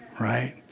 right